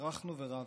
צרחנו ורבנו.